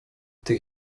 tych